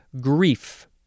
grief